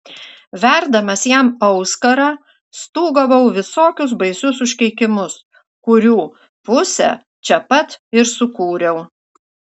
verdamas jam auskarą stūgavau visokius baisius užkeikimus kurių pusę čia pat ir sukūriau